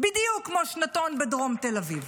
בדיוק כמו שנתון בדרום תל אביב,